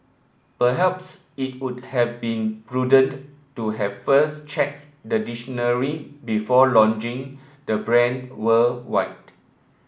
perhaps it would have been prudent to have first checked the dictionary before launching the brand worldwide